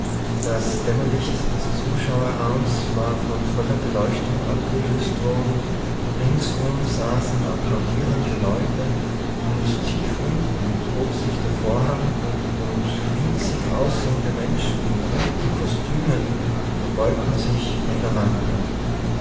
das dämmerlicht des zuschauerraums war von voller beleuchtung abgelöst worden ringsum saßen applaudierende leute und tief unten hob sich der vorhang und winzig aussehende menschen in bunten kostümen verbeugten sich an der rampe